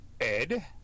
ed